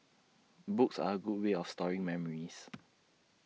books are A good way of storing memories